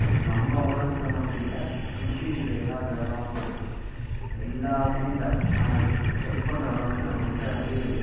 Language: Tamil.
இப்போ நம்ம உலகத்தை மட்டும் இல்லை சுற்றி இருக்கிற எல்லா கிரகம் எல்லாத்தையும் செக் பண்ணுற அளவுக்கு நம்மகிட்ட வந்து